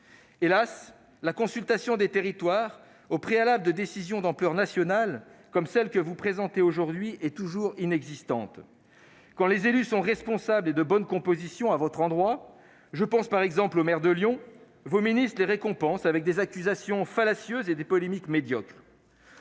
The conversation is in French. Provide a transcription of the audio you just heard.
Hélas, la consultation des territoires au préalable de décisions d'ampleur nationale comme celles que vous présentez aujourd'hui est toujours inexistante. Quand les élus sont responsables et de bonne composition à votre endroit, je pense par exemple au maire de Lyon, vos ministres les récompensent par des accusations fallacieuses et des polémiques médiocres,